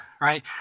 right